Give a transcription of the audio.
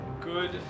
Good